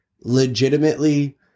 legitimately